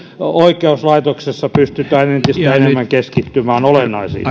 oikeuslaitoksessa pystytään entistä enemmän keskittymään olennaisiin